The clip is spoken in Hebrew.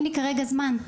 אין לי כרגע זמן,